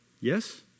Yes